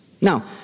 Now